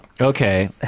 Okay